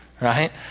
Right